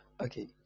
okay